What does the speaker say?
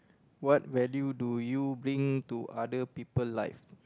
what value do you bring to other people life